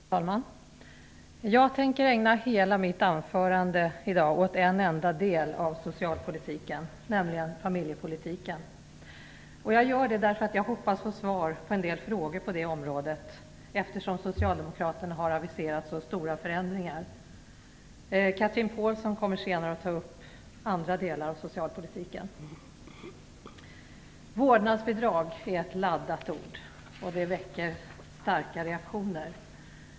Fru talman! Jag skall i dag ägna hela mitt anförande åt en enda del av socialpolitiken, nämligen familjepolitiken. Jag gör det därför att jag hoppas att få svar på en del frågor på området, eftersom socialdemokraterna har aviserat så stora förändringar. Chatrine Pålsson kommer senare att ta upp andra delar av socialpolitiken. Vårdnadsbidrag är ett laddat ord som väcker starka reaktioner.